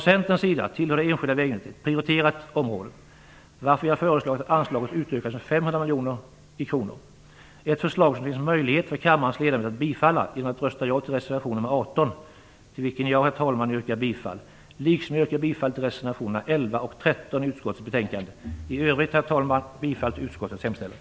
Centern ser det enskilda vägnätet som ett prioriterat område, varför vi har föreslagit att anslaget utökas med 500 miljoner kronor. Kammarens ledamöter har möjlighet att bifalla detta förslag genom att rösta ja till reservation 18, vilken jag härmed, herr talman, yrkar bifall till. Jag yrkar även bifall till reservationerna 11 och 13 till utskottets betänkande, och i övrigt yrkar jag bifall till utskottets hemställan.